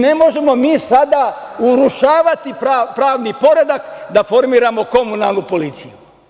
Ne možemo mi sada urušavati pravni poredak da formiramo komunalnu policiju.